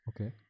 Okay